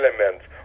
elements